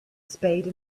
spade